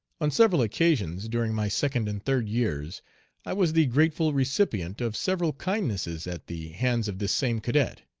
on several occasions during my second and third years i was the grateful recipient of several kindnesses at the hands of this same cadet,